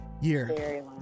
year